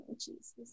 Jesus